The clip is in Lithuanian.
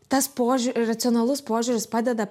tas požiūr racionalus požiūris padeda